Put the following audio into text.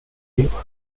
river